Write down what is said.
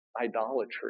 idolatry